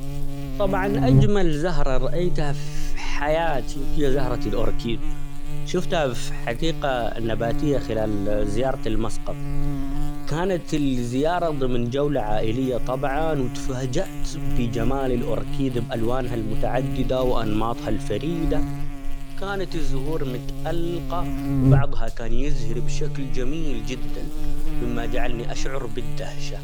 طبعًا أجمل زهرة رأيتها -فف- في حياتي هي زهرة الأوركيد شفتها -فف- في حديقة نباتية خلال زيارة المسقط كانت -ال- الزيارة ضمن جولة عائلية طبعًا ،وتفاجأت بجمال الأوركيد بألوانها المتعددة ،وأنماطها الفريدة ،كانت الزهور متألقة ،وبعضها كان يزهر بشكل جميل جدًا ،مما جعلني اشعر بالدهشة.